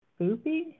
Spoopy